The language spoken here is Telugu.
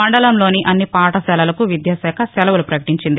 మండలంలోని అన్ని పాఠశాలలకు విద్యాశాఖ సెలవులు ప్రకటించింది